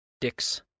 Dix